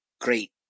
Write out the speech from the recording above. great